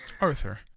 Arthur